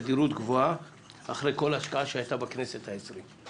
בתדירות גבוהה אחרי כל ההשקעה שהייתה בכנסת ה-20.